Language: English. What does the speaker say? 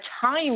time